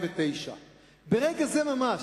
ביוני 2009. ברגע זה ממש,